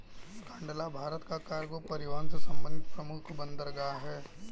कांडला भारत का कार्गो परिवहन से संबंधित प्रमुख बंदरगाह है